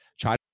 Try